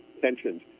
tensions